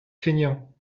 feignant